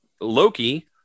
Loki